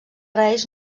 reis